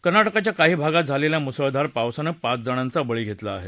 कर्नाटकाच्या काही भागात झालेल्या मुसळधार पावसानं पाचजणांचा बळी घेतला आहे